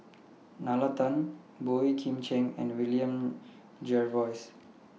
Nalla Tan Boey Kim Cheng and William Jervois